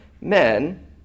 men